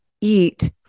eat